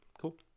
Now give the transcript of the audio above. cool